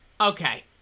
Okay